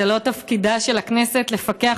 זה לא תפקידה של הכנסת לפקח,